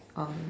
um